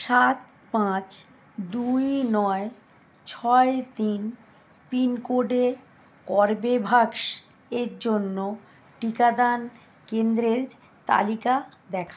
সাত পাঁচ দুই নয় ছয় তিন পিন কোডে কর্বেভ্যাক্স এর জন্য টিকাদান কেন্দ্রের তালিকা দেখাও